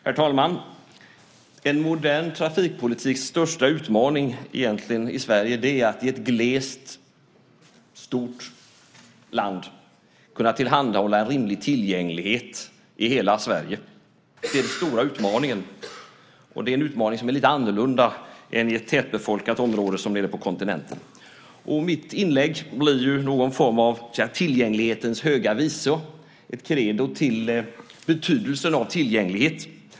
Herr talman! En modern trafikpolitiks största utmaning i ett glest befolkat och stort land som Sverige är egentligen att kunna tillhandahålla en rimlig tillgänglighet i hela landet. Det är den stora utmaningen, och det är en utmaning som är lite annorlunda än i ett tätbefolkat område som nere på kontinenten. Mitt inlägg blir någon form av tillgänglighetens höga visa, ett credo till betydelsen av tillgänglighet.